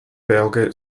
berge